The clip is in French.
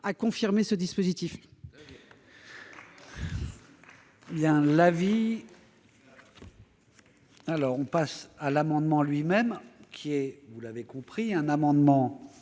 à confirmer ce dispositif.